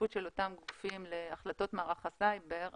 הכפיפות של אותם גופים להחלטות מערך הסייבר,